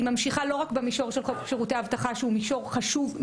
היא ממשיכה לא רק במישור של חוק שירותי אבטחה שהוא מישור חשוב,